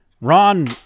Ron